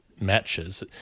matches